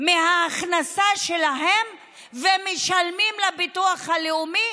מההכנסה שלהם ומשלמים לביטוח הלאומי,